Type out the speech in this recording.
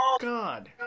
god